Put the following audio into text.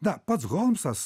na pats holmsas